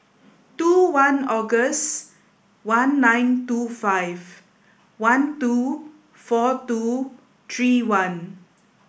two one August one nine two five one two four two three one